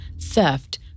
theft